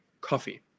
coffee